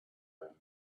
them